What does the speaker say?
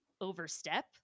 overstep